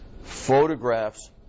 photographs